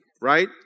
right